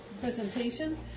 presentation